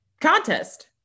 contest